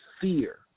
fear